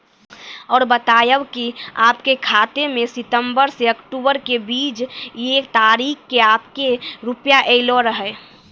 और बतायब के आपके खाते मे सितंबर से अक्टूबर के बीज ये तारीख के आपके के रुपिया येलो रहे?